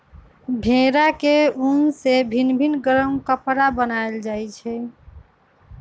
भेड़ा के उन से भिन भिन् गरम कपरा बनाएल जाइ छै